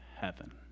heaven